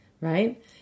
right